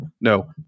No